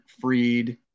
Freed